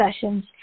sessions